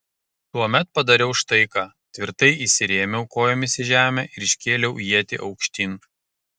tuomet padariau štai ką tvirtai įsirėmiau kojomis į žemę ir iškėliau ietį aukštyn